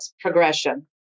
progression